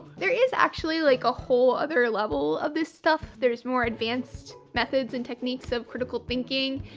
there is actually like a whole other level of this stuff. there's more advanced methods and techniques of critical thinking.